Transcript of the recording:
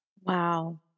Wow